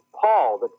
Paul